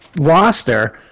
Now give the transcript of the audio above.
roster